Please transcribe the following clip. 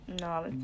No